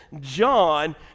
John